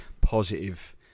positive